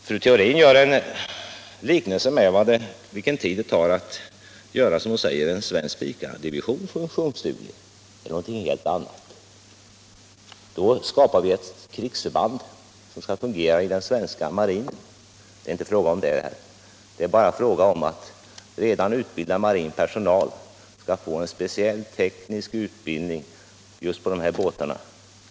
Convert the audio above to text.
Fru Theorin gör en jämförelse med den tid det tar att, som hon säger, göra en svensk Spicadivision funktionsduglig. Det är något helt annat. Då skapar vi ett krigsförband, som skall fungera i den svenska marinen. Det är inte fråga om något sådant i detta fall. Vad det gäller är att redan utbildad marin personal skall få en speciell teknisk utbildning just för de aktuella båtarna.